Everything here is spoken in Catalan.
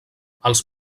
els